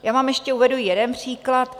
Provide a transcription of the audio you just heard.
Já vám ještě uvedu jeden příklad.